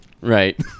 Right